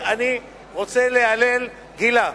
גילה,